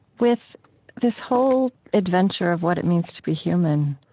with this whole adventure of what it means to be human.